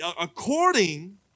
according